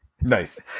Nice